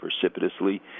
precipitously